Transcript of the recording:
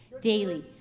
daily